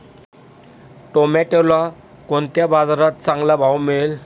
टोमॅटोला कोणत्या बाजारात चांगला भाव मिळेल?